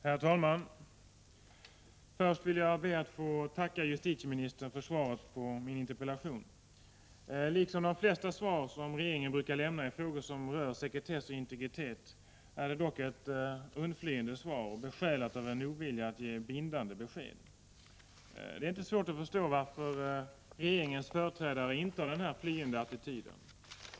Herr talman! Först vill jag be att få tacka justitieministern för svaret på min interpellation. Liksom de flesta svar som regeringen brukar lämna i frågor som rör sekretess och integritet är det ett undflyende svar besjälat av en ovilja att ge bindande besked. Det är inte svårt att förstå varför regeringens företrädare intar denna flyende attityd.